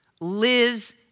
lives